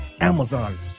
Amazon